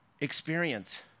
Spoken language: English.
experience